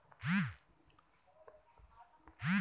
విశాఖపట్నంలో కుందేలు మాంసం ఎంత ధర ఉంటుంది?